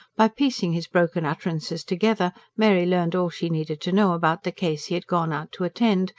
by piecing his broken utterances together mary learned all she needed to know about the case he had gone out to attend,